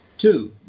Two